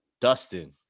Dustin